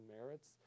merits